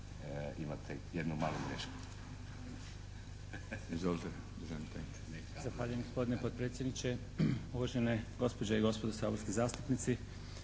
imate jednu malu grešku.